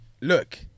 Look